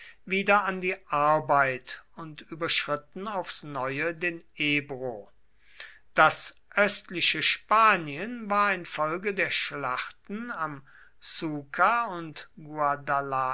wieder an die arbeit und überschritten aufs neue den ebro das östliche spanien war infolge der schlachten am xucar und